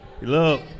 Look